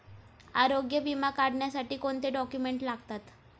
आरोग्य विमा काढण्यासाठी कोणते डॉक्युमेंट्स लागतात?